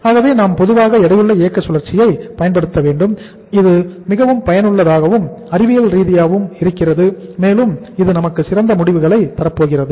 ஆகவே நாம் பொதுவாக எடையுள்ள இயக்க சுழற்சியை பயன்படுத்த வேண்டும் இது மிகவும் பயனுள்ளதாகவும் அறிவியல் ரீதியாகவும் இருக்கிறது மேலும் இது நமக்கு சிறந்த முடிவுகளை தரப்போகிறது